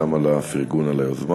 גם על הפרגון על היוזמה.